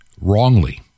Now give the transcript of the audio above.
Wrongly